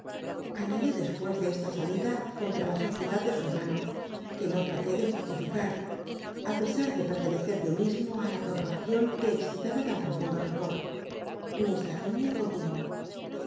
añadió despues de esta salida contra la sociedad de su hermano que no traté de justificar r pesar de pertenecer yo mismo i la corporacion que excitaba tan profundo rencor miss layinia continuó